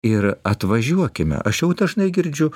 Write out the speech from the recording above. ir atvažiuokime aš jau dažnai girdžiu